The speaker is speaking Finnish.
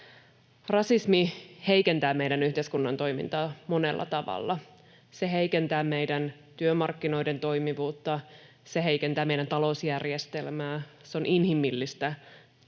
Rasismi heikentää meidän yhteiskunnan toimintaa monella tavalla. Se heikentää meidän työmarkkinoiden toimivuutta, se heikentää meidän talousjärjestelmää, ja se on inhimillistä tuskaa